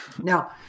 now